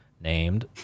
named